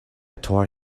tore